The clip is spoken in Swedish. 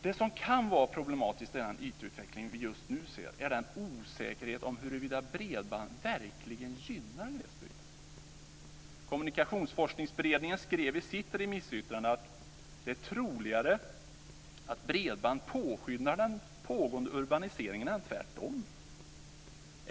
Det som kan vara problematiskt i den IT utveckling vi just nu ser är den osäkerhet om huruvida bredband verkligen gynnar glesbygd. Kommunikationsforskningsberedningen skrev i sitt remissyttrande att det är troligare att bredband påskyndar den pågående urbaniseringen än tvärtom.